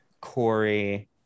Corey